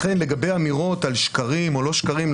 לכן לגבי אמירות על שקרים או לא שקרים,